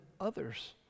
others